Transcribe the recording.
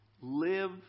live